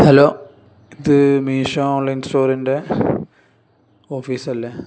hello ഇത് Meesho online സ്റ്റോറിൻ്റെ office അല്ലേ